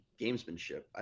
gamesmanship